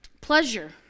pleasure